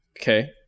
okay